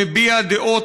מביע דעות